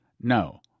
No